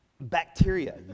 Bacteria